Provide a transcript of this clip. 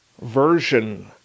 version